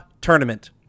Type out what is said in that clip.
tournament